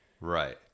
Right